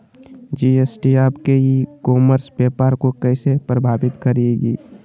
GST आपके e commerce व्यापार को कैसे प्रभावित करेगी?